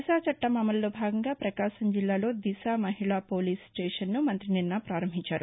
దిశ చట్టం అమలులో భాగంగా ప్రపకాశం జిల్లాలో దిశ మహిళా పోలీసు స్టేషన్ను మంతి నిన్న ప్రారంభించారు